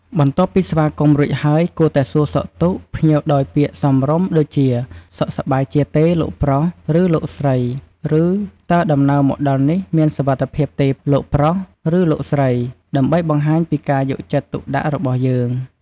បន្ទាប់ពីស្វាគមន៍រួចហើយ គួរតែសួរសុខទុក្ខ ភ្ញៀវដោយពាក្យសមរម្យដូចជា "សុខសប្បាយជាទេលោកប្រុស ឬលោកស្រី?" ឬ "តើដំណើរមកដល់នេះមានសុវត្ថិភាពទេប្រុស ឬលោកស្រី?" ដើម្បីបង្ហាញពីការយកចិត្តទុកដាក់របស់យើង។